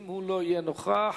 אם הוא לא יהיה נוכח,